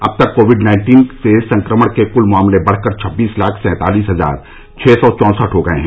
अब तक covid nineteen से संक्रमण के कुल मामले बढकर छब्बीस लाख सैंतालिस हजार छः सौ चौसठ हो गये हैं